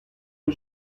que